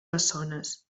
bessones